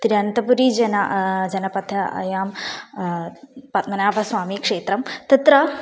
तिरन्तपुरजनाः जनदे पद्मनाभस्वामिक्षेत्रं तत्र